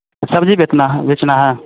सब्ज़ी बेचना है बेचना है